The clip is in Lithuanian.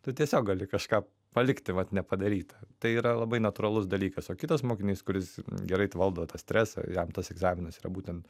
tu tiesiog gali kažką palikti vat nepadaryta tai yra labai natūralus dalykas o kitas mokinys kuris gerai valdo tą stresą jam tas egzaminas yra būtent